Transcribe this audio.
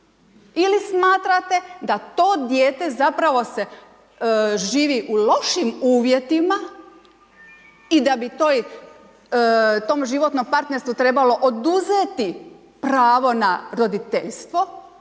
Ili smatrate da to dijete zapravo se, živi u lošim uvjetima i da bi tom životnom partnerstvu oduzeti pravo na roditeljstvo,